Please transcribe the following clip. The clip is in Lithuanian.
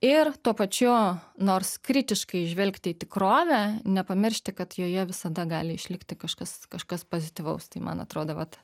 ir tuo pačiu nors kritiškai žvelgti į tikrovę nepamiršti kad joje visada gali išlikti kažkas kažkas pozityvaus tai man atrodo vat